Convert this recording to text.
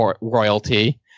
royalty